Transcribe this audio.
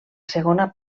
segona